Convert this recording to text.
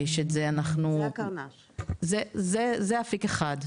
יש עכשיו אפיק חדש,